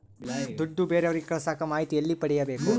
ದುಡ್ಡು ಬೇರೆಯವರಿಗೆ ಕಳಸಾಕ ಮಾಹಿತಿ ಎಲ್ಲಿ ಪಡೆಯಬೇಕು?